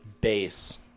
base